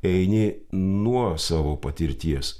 eini nuo savo patirties